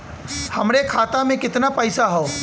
हमरे खाता में कितना पईसा हौ?